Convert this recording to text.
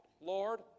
Lord